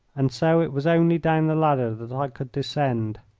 and so it was only down the ladder that i could descend.